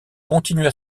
continuent